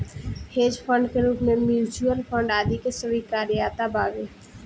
hedge fund के रूप में म्यूच्यूअल फंड आदि के स्वीकार्यता बावे